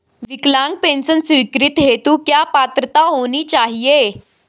विकलांग पेंशन स्वीकृति हेतु क्या पात्रता होनी चाहिये?